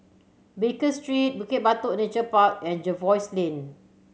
Baker Street Bukit Batok Nature Park and Jervois Lane